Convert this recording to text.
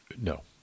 no